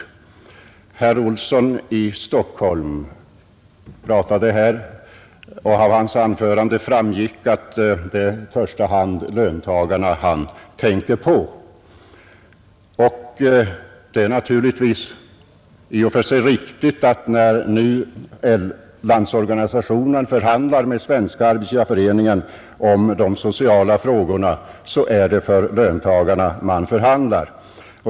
Av herr Olssons i Stockholm anförande framgick att det är i första hand löntagarna han tänker på. Det är naturligtvis i och för sig riktigt att när nu Landsorganisationen förhandlar med Svenska arbetsgivareföreningen om de sociala frågorna, så är det för löntagarna man förhandlar.